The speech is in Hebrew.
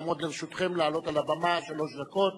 תעמוד לכם הרשות לעלות על הבמה לשלוש דקות.